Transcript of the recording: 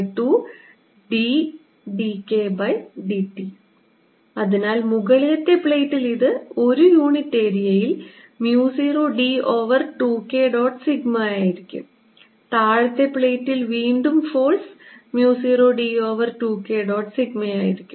dE0d2dKdt അതിനാൽ മുകളിലത്തെ പ്ലേറ്റിൽ ഇത് ഒരു യൂണിറ്റ് ഏരിയയിൽ mu 0 d over 2 K dot sigma ആയിരിക്കും താഴത്തെ പ്ലേറ്റിൽ വീണ്ടും force mu 0 d over 2 K dot sigma ആയിരിക്കും